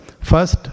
First